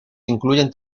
incluyen